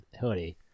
hoodie